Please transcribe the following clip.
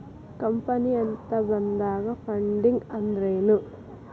Company ಅಂತ ಬಂದಾಗ funding ಅಂದ್ರೆನು?